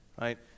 right